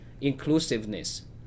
inclusiveness